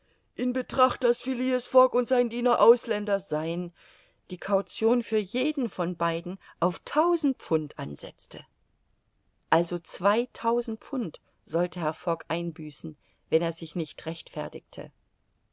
in betracht daß phileas fogg und sein diener ausländer seien die caution für jeden von beiden auf tausend pfund ansetzte also zweitausend pfund sollte herr fogg einbüßen wenn er sich nicht rechtfertigte